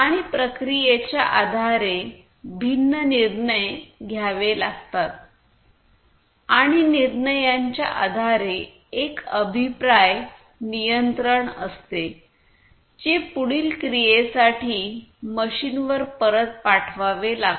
आणि प्रक्रियेच्या आधारे भिन्न निर्णय घ्यावे लागतात आणि निर्णयांच्या आधारे एक अभिप्राय नियंत्रण असते जे पुढील क्रियेसाठी मशीनवर परत पाठवावे लागते